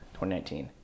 2019